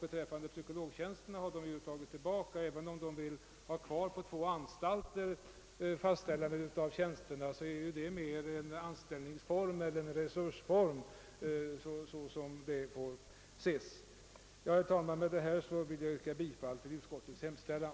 Beträffande psykologtjänsterna har man i stort sett tagit tillbaka kraven i motionerna, och även om man i fräga om två anstalter vidhåller att tjänsterna bör inrättas, så får väl detta ses mera som en ändring av anställningsformen än en fråga om mer resurser. Herr talman! Med detta vill jag yrka bifall till utskottets hemställan.